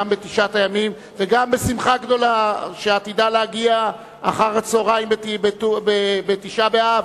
גם בתשעת הימים וגם בשמחה גדולה שעתידה להגיע אחר-הצהריים בתשעה באב,